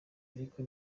ariko